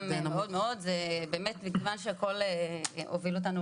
זה גם נמוך מאוד ובאמת מכיוון שהכל הוביל אותנו